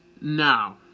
Now